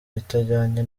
itajyanye